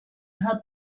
had